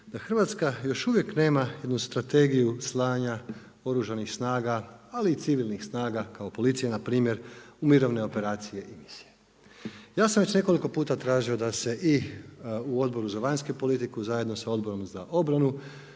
da Hrvatska još uvijek nema jednu strategiju slanja oružanih snaga ali i civilnih snaga kao policija npr. u mirovine operacije i misije. Ja sam već nekoliko puta tražio da se i u Odboru za vanjsku politiku, zajedno sa Odborom za obranu